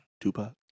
Tupac